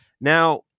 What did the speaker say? Now